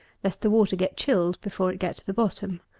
lest the water get chilled before it get to the bottom.